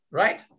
right